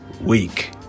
week